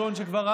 מקלב,